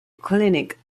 clinic